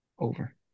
Over